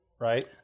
Right